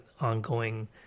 ongoing